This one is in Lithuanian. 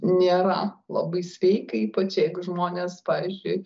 nėra labai sveika ypač jeigu žmonės pavyzdžiui